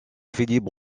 philippe